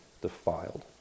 defiled